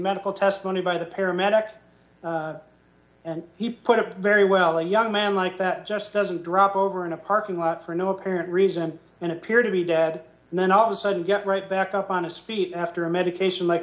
medical testimony by the paramedics and he put up very well a young man like that just doesn't drop over in a parking lot for no apparent reason and appear to be dead and then all of a sudden get right back up on his feet after a medication like